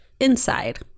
inside